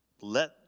let